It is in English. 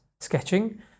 sketching